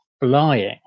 flying